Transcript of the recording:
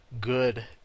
good